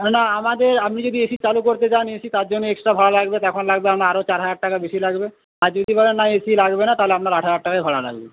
না আমাদের আপনি যদি এসি চালু করতে চান এসি তার জন্যে এক্সট্রা ভাড়া লাগবে তখন লাগবে আপনার চার হাজার টাকা বেশি লাগবে আর যদি বলেন না এসি লাগবে না তাহলে আপনার আট হাজার টাকাই ভাড়া লাগবে